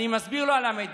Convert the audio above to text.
אני מסביר לו על המידע.